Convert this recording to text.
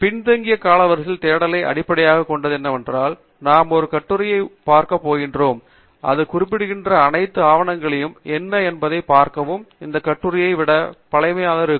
பின்தங்கிய காலவரிசை தேடலை அடிப்படையாகக் கொண்டது என்னவென்றால் நாம் ஒரு கட்டுரையை பார்க்கப் போகிறோம் அது குறிப்பிடுகிற அனைத்து ஆவணங்களும் என்ன என்பதைப் பார்க்கவும் இது கட்டுரையை விட பழையதாக இருக்கும்